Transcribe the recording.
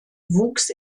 wuchs